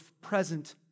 present